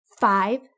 five